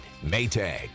maytag